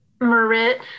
Marit